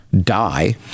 die